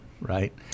right